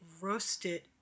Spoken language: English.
roasted